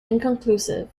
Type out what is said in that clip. inconclusive